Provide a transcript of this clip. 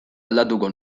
aldatuko